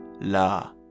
la